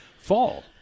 fall